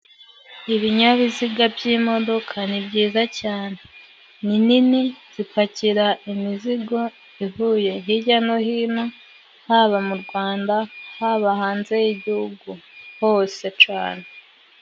Ibinyabiziga by'imodoka ni byiza cyane ni nini zipakira imizigo ivuye hirya no hino haba mu Rwanda, haba hanze y'igihugu hose cane.